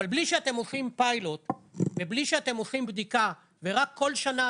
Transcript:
בלי שאתם עושים פיילוט ובלי שאתם עושים בדיקה ורק כל שנה,